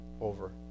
over